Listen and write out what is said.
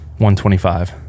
125